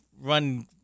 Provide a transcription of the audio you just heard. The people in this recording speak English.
run